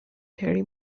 terry